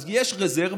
אז יש רזרבה,